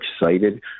excited